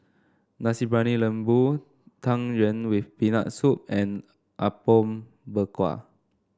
Nasi Briyani Lembu Tang Yuen with Peanut Soup and Apom Berkuah